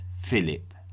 Philip